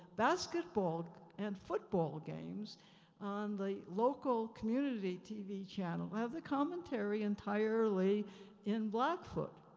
basketball and football games on the local community tv channel have the commentary entirely in blackfoot.